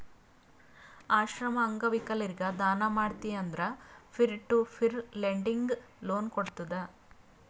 ಆಶ್ರಮ, ಅಂಗವಿಕಲರಿಗ ದಾನ ಮಾಡ್ತಿ ಅಂದುರ್ peer to peer lending loan ಕೋಡ್ತುದ್